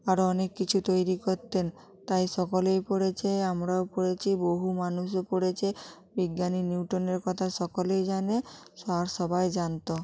আরো অনেক কিছু তৈরি করতেন তাই সকলেই পড়েছে আমরাও পড়েছি বহু মানুষও পড়েছে বিজ্ঞানী নিউটনের কথা সকলেই জানে আর সবাই জানত